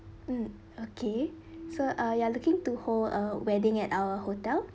mm okay so uh you are looking to hold a wedding at our hotel